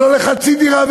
ולא לחצי דירה,